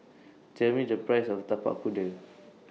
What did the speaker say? Tell Me The Price of Tapak Kuda